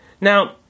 Now